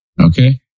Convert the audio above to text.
Okay